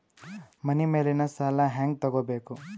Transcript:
ಮನಿ ಮೇಲಿನ ಸಾಲ ಹ್ಯಾಂಗ್ ತಗೋಬೇಕು?